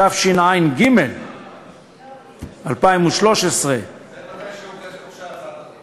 התשע"ג 2013. אז הוגשה הצעת החוק.